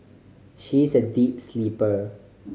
she is a deep sleeper